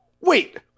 Wait